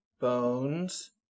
bones